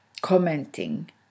commenting